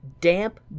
damp